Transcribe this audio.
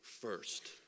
first